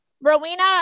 Rowena